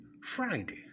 Friday